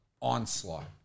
onslaught